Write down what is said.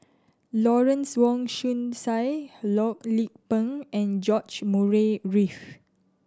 Lawrence Wong Shyun Tsai Loh Lik Peng and George Murray Reith